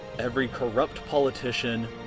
every corrupt politician.